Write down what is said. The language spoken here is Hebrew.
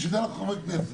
בשביל זה אנחנו חברי כנסת